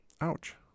ouch